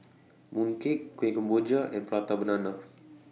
Mooncake Kueh Kemboja and Prata Banana